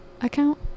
account